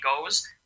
goes